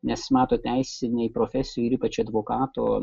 nes matot teisinei profesijai ir ypač advokato